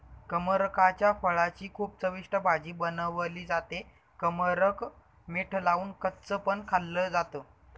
कमरकाच्या फळाची खूप चविष्ट भाजी बनवली जाते, कमरक मीठ लावून कच्च पण खाल्ल जात